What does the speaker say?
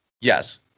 Yes